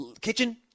kitchen